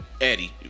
Eddie